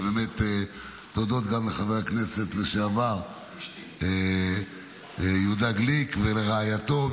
תודות גם לחבר הכנסת לשעבר יהודה גליק ולרעייתו,